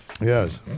Yes